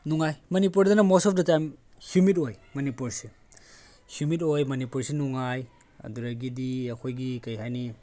ꯅꯨꯡꯉꯥꯏ ꯃꯅꯤꯄꯨꯔꯗꯅ most of the time humid ꯑꯣꯏ ꯃꯅꯤꯄꯨꯔꯁꯦ ꯍ꯭ꯌꯨꯃꯤꯠ ꯑꯣꯏ ꯃꯅꯤꯄꯨꯔꯁꯤ ꯅꯨꯡꯉꯥꯏ ꯑꯗꯨꯗꯒꯤꯗꯤ ꯑꯩꯈꯣꯏꯒꯤ ꯀꯔꯤ ꯍꯥꯏꯅꯤ